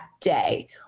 day